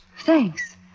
Thanks